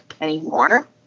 anymore